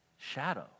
shadow